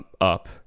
up